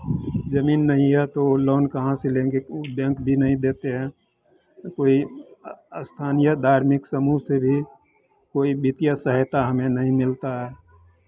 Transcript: ज़मीन नहीं है तो लोन कहाँ से लेंगे वो बैंक भी नहीं देते हैं कोई स्थान या धार्मिक समूह से भी कोई वित्तीय सहायता हमें नहीं मिलता है